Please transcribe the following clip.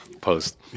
Post